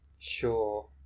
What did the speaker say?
Sure